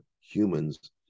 humans